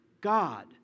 God